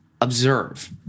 observe